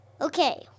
Okay